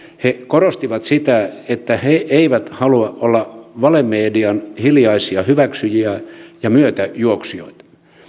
he korostivat sitä että he eivät halua olla valemedian hiljaisia hyväksyjiä ja myötäjuoksijoita